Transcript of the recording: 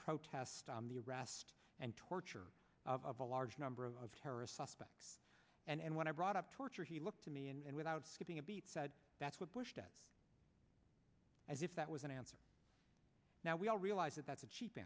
protest on the arrest and torture of a large number of terrorist suspects and when i brought up torture he looked to me and without skipping a beat said that's what bush said as if that was an answer now we all realize that that's a cheap